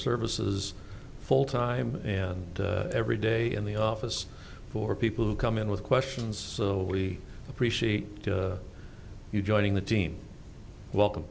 services full time and every day in the office for people who come in with questions so we appreciate you joining the team welcome